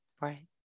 Right